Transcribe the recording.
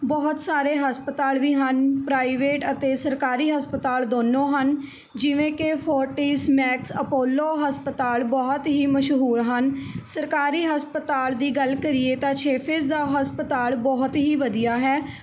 ਬਹੁਤ ਸਾਰੇ ਹਸਪਤਾਲ ਵੀ ਹਨ ਪ੍ਰਾਈਵੇਟ ਅਤੇ ਸਰਕਾਰੀ ਹਸਪਤਾਲ ਦੋਨੋਂ ਹਨ ਜਿਵੇਂ ਕਿ ਫੋਰਟੀਜ਼ ਮੈਕਸ ਅਪੋਲੋ ਹਸਪਤਾਲ ਬਹੁਤ ਹੀ ਮਸ਼ਹੂਰ ਹਨ ਸਰਕਾਰੀ ਸਰਕਾਰੀ ਹਸਪਤਾਲ ਦੀ ਗੱਲ ਕਰੀਏ ਤਾਂ ਛੇ ਫੇਸ ਦਾ ਹਸਪਤਾਲ ਬਹੁਤ ਹੀ ਵਧੀਆ ਹੈ